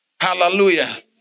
Hallelujah